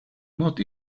not